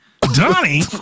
donnie